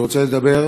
אני רוצה לדבר